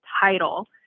title